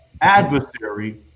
adversary